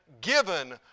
given